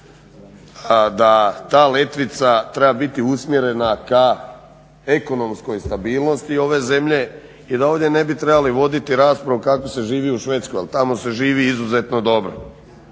da ta letvica treba biti usmjerena ka ekonomskoj stabilnosti ove zemlje i da ovdje ne bi trebali voditi raspravu kako se živi u Švedskoj jer tamo se živi izuzetno dobro.